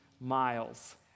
Miles